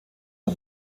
der